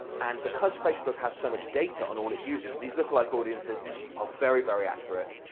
and because facebook has so much data on on it's users, these lookalike audiences are very very accurate.